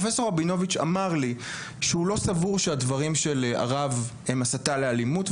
פרופ' רבינוביץ אמר לי שהוא לא סבור שהדברים של הרב הם הסתה לאלימות,